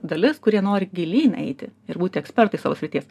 dalis kurie nori gilyn eiti ir būti ekspertais savo srities